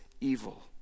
evil